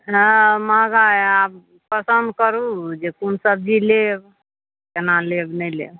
हँ महगा आब खतम करू जे कोन सबजी लेब कोना लेब नहि लेब